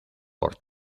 por